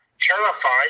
terrified